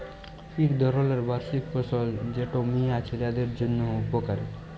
ইক ধরলের বার্ষিক ফসল যেট মিয়া ছিলাদের জ্যনহে উপকারি